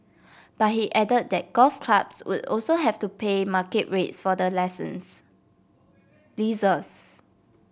but he added that golf clubs would also have to pay market rates for the lessons leases